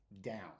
down